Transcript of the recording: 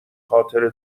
خاطره